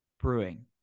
Brewing